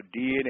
DNA